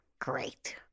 great